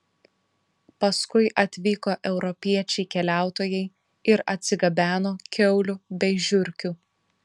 paskui atvyko europiečiai keliautojai ir atsigabeno kiaulių bei žiurkių